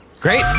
Great